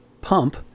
pump